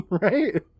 right